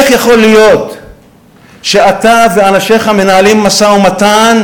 איך יכול להיות שאתה ואנשיך מנהלים משא-ומתן